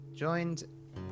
Joined